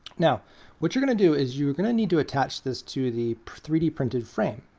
now what you're going to do is you're going to need to attach this to the three d printed frame.